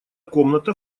комната